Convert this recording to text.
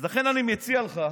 אז לכן אני מציע לך